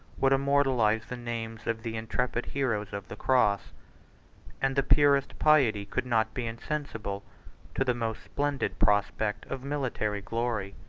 would immortalize the names of the intrepid heroes of the cross and the purest piety could not be insensible to the most splendid prospect of military glory.